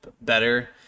better